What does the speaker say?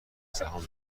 سهام